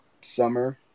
summer